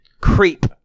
Creep